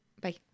Bye